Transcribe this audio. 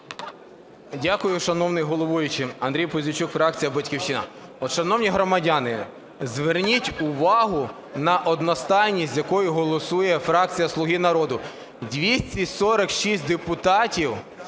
Дякую, шановний головуючий. Андрій Пузійчук, фракція "Батьківщина". Шановні громадяни, зверніть увагу на одностайність, з якою голосує фракція "Слуга народу", 246 депутатів